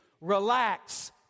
Relax